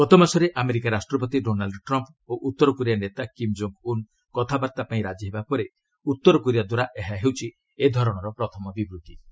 ଗତ ମାସରେ ଆମେରିକା ରାଷ୍ଟ୍ରପତି ଡୋନାଲ୍ଚ ଟ୍ରମ୍ପ୍ ଓ ଉତ୍ତର କୋରିଆ ନେତା କିମ୍ ଜୋଙ୍ଗ୍ ଉନ୍ କଥାବାର୍ତ୍ତା ପାଇଁ ରାଜି ହେବା ପରେ ଉତ୍ତର କୋରିଆ ଦ୍ୱାରା ଏହା ହେଉଛି ପ୍ରଥମ ବିବୃତ୍ତି